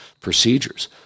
procedures